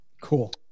cool